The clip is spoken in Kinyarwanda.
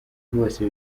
bose